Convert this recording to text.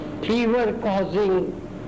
fever-causing